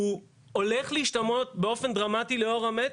הוא הולך להשתנות באופן דרמטי לאור המטרו.